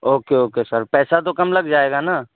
okay okay sir پیسہ تو کم لگ جائے گا نا